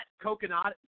Coconut